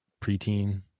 preteen –